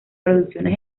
producciones